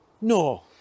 No